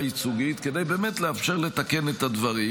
ייצוגית כדי באמת לאפשר לתקן את הדברים,